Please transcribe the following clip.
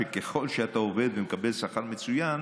שככל שאתה עובד ומקבל שכר מצוין,